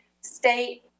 state